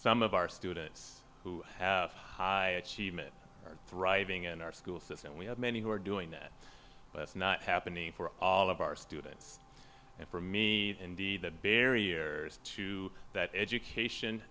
some of our students who have achieved it are thriving in our school system we have many who are doing that but it's not happening for all of our students and for me indeed the barriers to that education